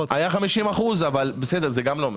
היה 50%, אבל בסדר, זה גם לא מספיק.